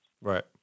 Right